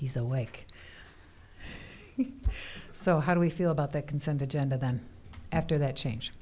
he's awake so how do we feel about the consent agenda then after that change